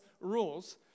rules